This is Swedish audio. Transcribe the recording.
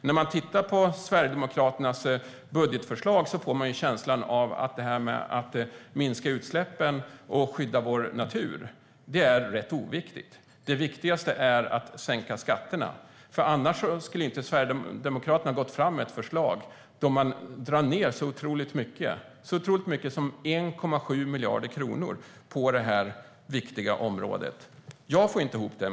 När jag tittar på Sverigedemokraternas budgetförslag får jag en känsla av att det här med att minska utsläppen och att skydda vår natur är ganska oviktigt. Det viktigaste är att sänka skatterna. Annars skulle inte Sverigedemokraterna ha gått fram med ett förslag i vilket man drar ned med så otroligt mycket som 1,7 miljarder kronor på det viktiga området. Jag får inte ihop det.